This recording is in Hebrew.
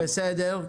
בסדר.